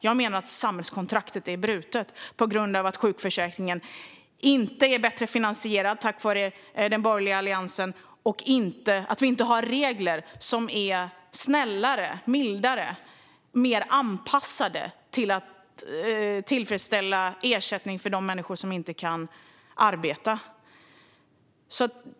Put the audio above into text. Jag menar att samhällskontraktet är brutet på grund av att sjukförsäkringen inte är bättre finansierad, tack vare den borgerliga alliansen, och på grund av att vi inte har mildare och mer anpassade regler för ersättning för de människor som inte kan arbeta.